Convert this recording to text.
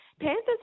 Panthers